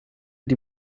die